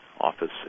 office